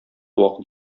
вакыт